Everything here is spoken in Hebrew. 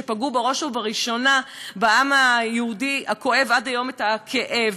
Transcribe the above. שפגעו בראש ובראשונה בעם היהודי הכואב עד היום את הכאב,